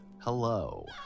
Hello